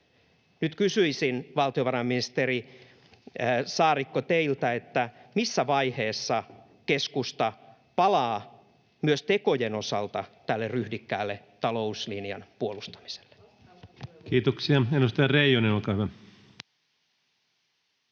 Nyt kysyisin teiltä, valtiovarainministeri Saarikko: missä vaiheessa keskusta palaa myös tekojen osalta tälle ryhdikkään talouslinjan puolustamiselle? [Pia Viitanen pyytää